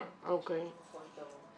כן, יש לנו מחוז דרום.